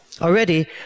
Already